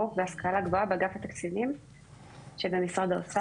מו"פ והשכלה גבוהה באגף התקציבים במשרד האוצר.